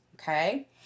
Okay